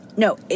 No